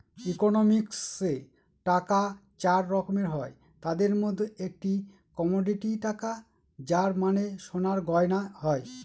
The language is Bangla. ইকোনমিক্সে টাকা চার রকমের হয় তাদের মধ্যে একটি কমোডিটি টাকা যার মানে সোনার গয়না হয়